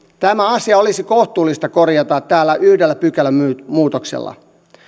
tämä asia olisi kohtuullista korjata täällä yhdellä pykälämuutoksella